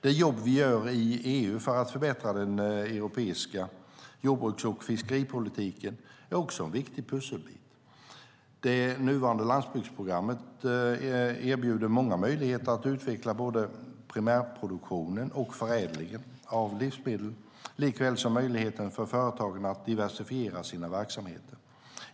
Det jobb vi gör i EU för att förbättra den europeiska jordbruks och fiskeripolitiken är också en viktig pusselbit. Det nuvarande landsbygdsprogrammet erbjuder många möjligheter att utveckla både primärproduktionen och förädlingen av livsmedel, likaväl som möjligheter för företagen att diversifiera sina verksamheter.